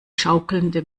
schaukelnde